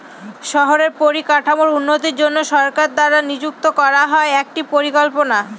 শহরের পরিকাঠামোর উন্নতির জন্য সরকার দ্বারা নিযুক্ত করা হয় একটি পরিকল্পনা